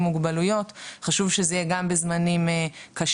מוגבלויות וחשוב שזה יהיה גם בזמנים קשים.